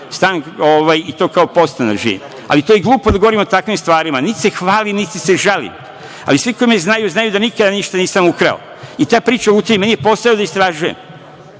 stan i to kao podstanar živi, ali je glupo da govorimo o takvim stvarima, niti se hvalim, niti se žalim, ali svi koji me znaju, znaju da nikada ništa nisam ukrao i ta priča o utaji, meni je posao da istražujem